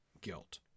guilt